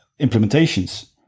implementations